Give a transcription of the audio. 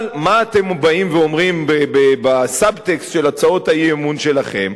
אבל מה אתם באים ואומרים בסב-טקסט של הצעות האי-אמון שלכם?